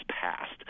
passed